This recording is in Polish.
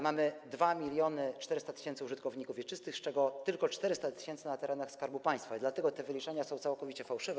Mamy 2400 tys. użytkowników wieczystych, z czego tylko 400 tys. na terenach Skarbu Państwa, dlatego te wyliczenia są całkowicie fałszywe.